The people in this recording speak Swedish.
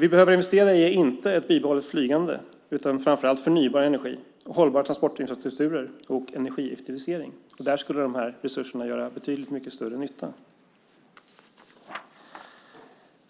Vi behöver inte investera i ett bibehållet flygande utan framför allt i förnybar energi, hållbara transportinfrastrukturer och energieffektiviseringar, och där skulle de här resurserna göra betydligt större nytta.